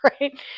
right